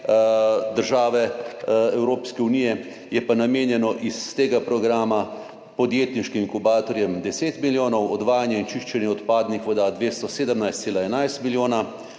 tako izpogajali, je pa namenjenih iz tega programa podjetniškim inkubatorjem 10 milijonov, odvajanju in čiščenju odpadnih voda 217,11 milijona,